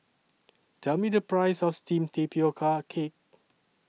Tell Me The Price of Steamed Tapioca Cake